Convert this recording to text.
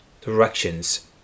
directions